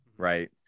Right